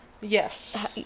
Yes